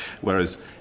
Whereas